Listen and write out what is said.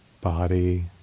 Body